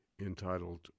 entitled